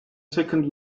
second